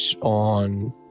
on